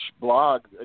blog